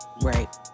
Right